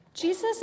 Jesus